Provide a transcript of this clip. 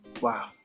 Wow